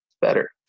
better